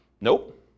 Nope